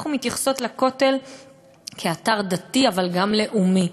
אנחנו מתייחסות לכותל כאתר דתי אבל גם לאומי.